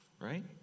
Right